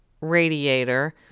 radiator